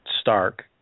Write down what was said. Stark